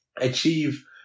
achieve